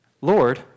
Lord